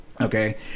okay